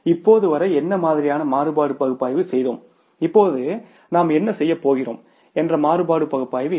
இப்போது வரை என்ன மாதிரியான மாறுபாடு பகுப்பாய்வு செய்தோம் இப்போது நாம் என்ன செய்யப் போகிறோம் என்ற மாறுபாடு பகுப்பாய்வு என்ன